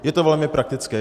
Je to velmi praktické.